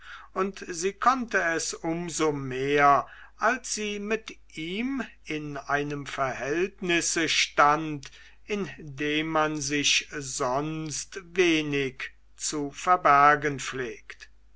und sie konnte es um so mehr als sie mit ihm in einem verhältnisse stand in dem man sich sonst wenig zu verbergen pflegt